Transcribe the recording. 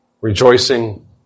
rejoicing